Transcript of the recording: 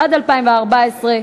התשע"ד 2014,